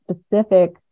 specific